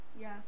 Yes